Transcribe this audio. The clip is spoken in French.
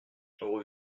rue